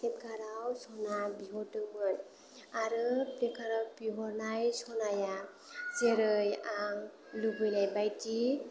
फ्लिपकार्टआव सना बिहरदोंमोन आरो फ्लिपकार्टआव बिहरनाय सनाया जेरै आं लुबैनाय बायदि